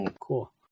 Cool